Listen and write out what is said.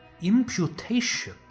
imputation